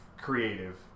creative